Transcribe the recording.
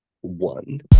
one